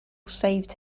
saved